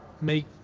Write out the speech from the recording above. make